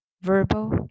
verbal